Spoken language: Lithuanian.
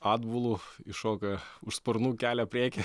atbulu iššoka už sparnų kelio prieky